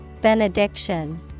benediction